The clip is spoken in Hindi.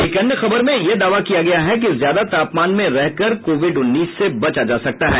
एक अन्य खबर में यह दावा किया गया है कि ज्यादा तापमान में रह कर कोविड उन्नीस से बचा जा सकता है